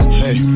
hey